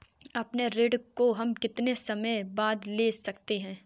अपने ऋण को हम कितने समय बाद दे सकते हैं?